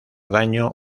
daño